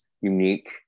unique